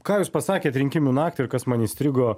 ką jūs pasakėt rinkimų naktį ir kas man įstrigo